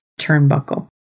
turnbuckle